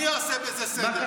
אני אעשה בזה סדר.